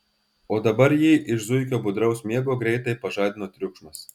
o dabar jį iš zuikio budraus miego greitai pažadino triukšmas